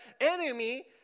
enemy